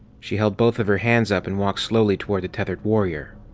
she held both of her hands up and walked slowly toward the tethered warrior.